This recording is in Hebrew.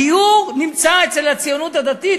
הגיור נמצא אצל הציונות הדתית,